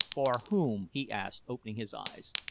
for whom? he asked, opening his eyes.